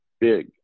big